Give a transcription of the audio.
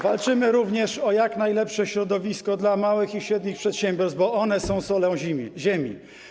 Walczymy również o jak najlepsze środowisko dla małych i średnich przedsiębiorstw, bo one są solą ziemi.